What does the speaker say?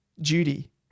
judy